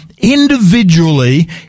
Individually